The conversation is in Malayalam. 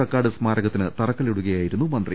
കക്കാട് സ്മാരകത്തിന് തറക്കല്ലിടുകയായിരുന്നു മന്ത്രി